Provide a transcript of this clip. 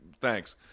thanks